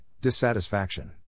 dissatisfaction